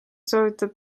soovitab